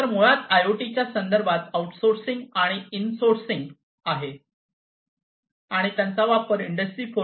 तर मुळात आयओटी च्या संदर्भात हे आउटसोर्सिंग आणि इनसोर्सिंगमध्ये आहे आणि त्यांचा वापर इंडस्ट्री 4